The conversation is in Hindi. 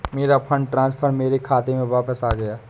मेरा फंड ट्रांसफर मेरे खाते में वापस आ गया है